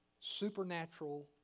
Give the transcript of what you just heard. supernatural